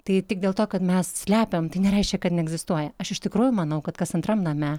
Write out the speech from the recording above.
tai tik dėl to kad mes slepiam tai nereiškia kad neegzistuoja aš iš tikrųjų manau kad kas antram name